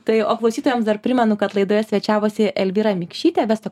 tai o klausytojams dar primenu kad laidoje svečiavosi elvyra mikšytė vesta